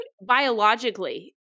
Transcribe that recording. biologically